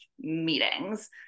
meetings